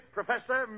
Professor